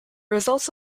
results